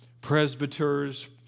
presbyters